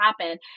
happen